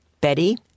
Betty